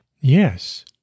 Yes